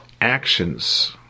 actions